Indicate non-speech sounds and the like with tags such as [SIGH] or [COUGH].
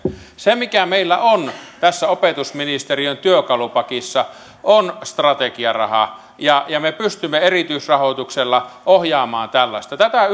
se mikä meillä on tässä opetusministeriön työkalupakissa on strategiaraha ja ja me pystymme erityisrahoituksella ohjaamaan tällaista tätä [UNINTELLIGIBLE]